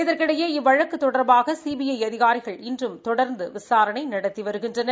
இதற்கிடையே இவ்வழக்கு தொடர்பாக சிபிஐ அதிகாரிகள் இன்றும் தொடர்ந்து விசாரணை நடத்தி வருகின்றன்